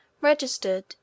registered